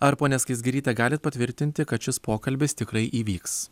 ar ponia skaisgiryte galit patvirtinti kad šis pokalbis tikrai įvyks